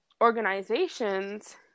organizations